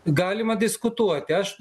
galima diskutuoti aš